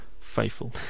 faithful